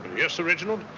yes, sir reginald.